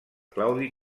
claudi